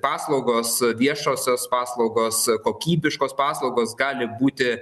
paslaugos viešosios paslaugos kokybiškos paslaugos gali būti